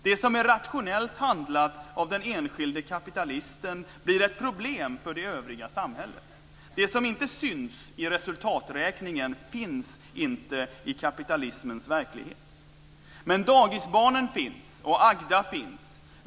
Det som är rationellt handlat av den enskilde kapitalisten blir ett problem för det övriga samhället. Det som inte syns i resultaträkningen finns inte i kapitalismens verklighet. Men dagisbarnen finns och Agda finns.